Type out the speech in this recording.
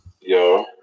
Yo